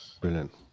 Brilliant